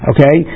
Okay